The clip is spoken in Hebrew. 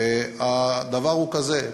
הדבר הוא כזה: